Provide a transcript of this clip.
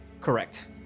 Correct